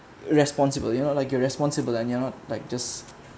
responsible you know like you're responsible and you're not like just